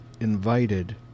invited